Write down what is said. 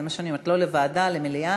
זה מה שאני אומרת: לא לוועדה, למליאה.